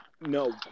No